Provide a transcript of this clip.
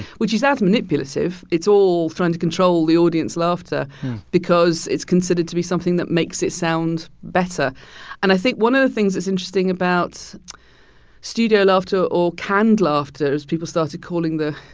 which is as manipulative. it's all trying to control the audience laughter because it's considered to be something that makes it sound better and i think one of the things that's interesting about studio laughter or canned laughter, as people started calling the,